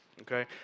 Okay